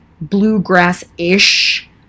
bluegrass-ish